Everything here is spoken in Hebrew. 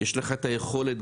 יש לך, וגם